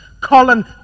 Colin